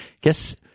guess